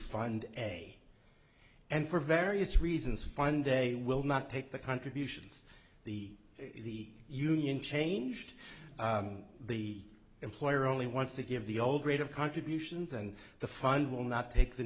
fund a and for various reasons funday will not take the contributions the the union changed the employer only wants to give the old rate of contributions and the fund will not take the